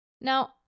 Now